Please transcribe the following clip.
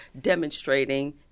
demonstrating